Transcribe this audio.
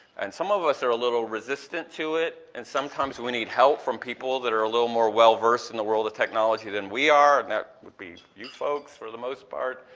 and some of us are a little resistant to it, and sometimes we need help from people that are a little more well versed in the world of technology than we are and that would be you folks for the most part.